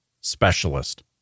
specialist